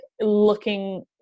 looking